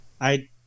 I-